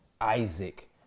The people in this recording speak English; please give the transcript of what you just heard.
Isaac